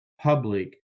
public